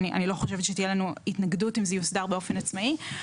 שתהיה לנו התנגדות אם זה יוסדר באופן עצמאי,